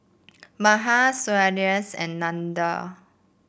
Mahan Sundaresh and Nandan